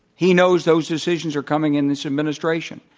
he knows those decisions are coming in this administration,